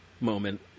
moment